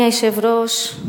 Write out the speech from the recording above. אדוני היושב-ראש,